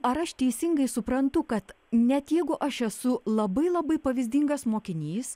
ar aš teisingai suprantu kad net jeigu aš esu labai labai pavyzdingas mokinys